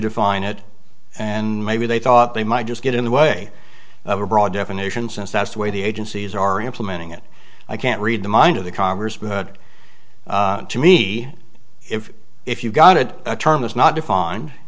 define it and maybe they thought they might just get in the way of a broad definition since that's the way the agencies are implementing it i can't read the mind of the congressman good to me if if you've got a term is not defined